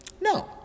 No